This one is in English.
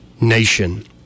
nation